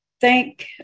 thank